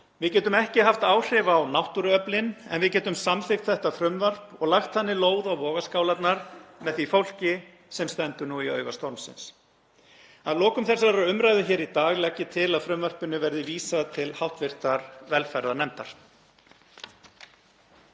Við getum ekki haft áhrif á náttúruöflin en við getum samþykkt þetta frumvarp og lagt þannig lóð á vogarskálarnar með því fólki sem stendur nú í auga stormsins. Að lokum þessari umræðu í dag legg ég til að frumvarpinu verði vísað til hv. velferðarnefndar.